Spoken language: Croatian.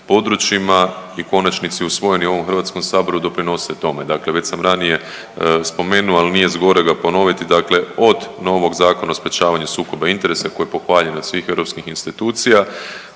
područjima i u konačnici usvojeni u ovom Hrvatskom saboru doprinose tome. Dakle, već sam ranije spomenuo ali nije zgorega ponoviti, dakle od novog Zakona o sprječavanju sukoba interesa koji je pohvaljen od svih europskih institucija,